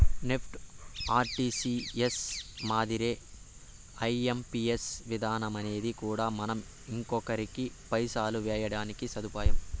NEFT, RTPS మాదిరే IMPS విధానమనేది కూడా మనం ఇంకొకరికి పైసలు వేయడానికి సదుపాయం